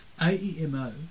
AEMO